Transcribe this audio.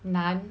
男